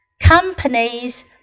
Companies